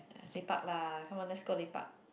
lepak lah come on let's go lepak